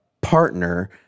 partner